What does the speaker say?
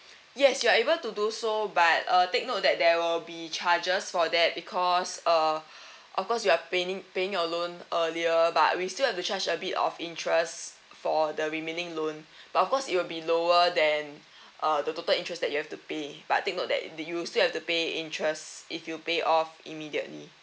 yes you are able to do so but uh take note that there will be charges for that because uh of course you're paying paying a loan earlier but we still have to charge a bit of interest for the remaining loan but of course it'll be lower than uh the total interest that you have to pay but take note that that you still have to pay interest if you pay off immediately